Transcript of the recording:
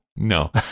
No